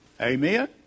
Amen